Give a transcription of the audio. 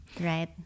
right